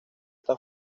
está